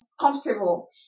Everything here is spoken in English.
comfortable